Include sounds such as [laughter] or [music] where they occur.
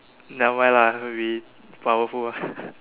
never mind lah we powerful ah [laughs]